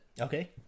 Okay